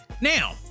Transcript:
Now